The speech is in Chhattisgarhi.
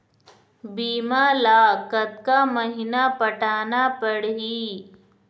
बीमा ला कतका महीना पटाना पड़ही?